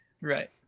Right